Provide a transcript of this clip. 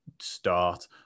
start